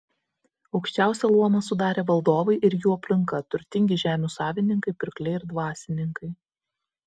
aukščiausią luomą sudarė valdovai ir jų aplinka turtingi žemių savininkai pirkliai ir dvasininkai